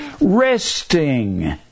resting